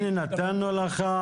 הנה, נתנו לך.